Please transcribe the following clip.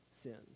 sins